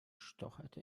stocherte